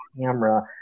camera